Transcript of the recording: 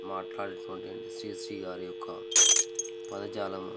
మాట్లాడేటువంటి శ్రీశ్రీ గారి యొక్క పదజాలం